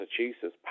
Massachusetts